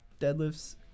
deadlifts